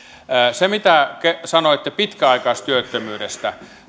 se mitä sanoitte pitkäaikaistyöttömyydestä